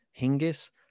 Hingis